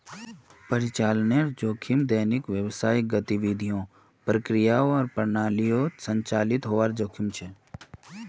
परिचालनेर जोखिम दैनिक व्यावसायिक गतिविधियों, प्रक्रियाओं आर प्रणालियोंर संचालीतेर हबार जोखिम छेक